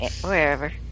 Wherever